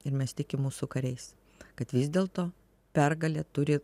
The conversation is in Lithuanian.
ir mes tikim mūsų kariais kad vis dėlto pergalė turi